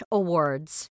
awards